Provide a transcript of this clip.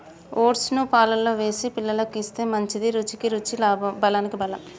oats ను పాలల్లో వేసి పిల్లలకు ఇస్తే మంచిది, రుచికి రుచి బలానికి బలం